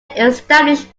established